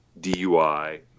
DUI